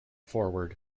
forward